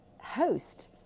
host